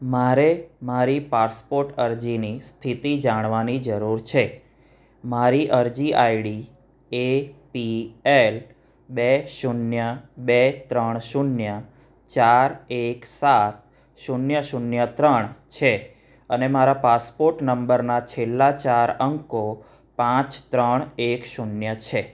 મારે મારી પાસપોર્ટ અરજીની સ્થિતિ જાણવાની જરૂર છે મારી અરજી આઈડી એપીએલ બે શૂન્ય બે ત્રણ શૂન્ય ચાર એક સાત શૂન્ય શૂન્ય ત્રણ છે અને મારા પાસપોર્ટ નંબરના છેલ્લા ચાર અંકો પાંચ ત્રણ એક શૂન્ય છે